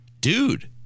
Dude